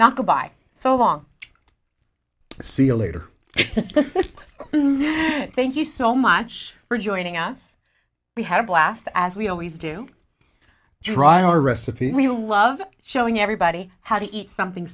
not go by so long see a later thank you so much for joining us we had a blast as we always do drywall recipe we love showing everybody how to eat something